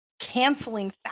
canceling